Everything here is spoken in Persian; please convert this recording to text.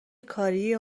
کاریه